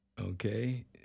Okay